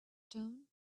stone